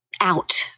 out